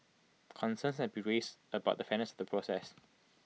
concerns have been raised about the fairness the process